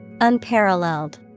Unparalleled